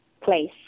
place